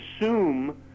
assume